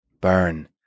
burn